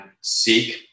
seek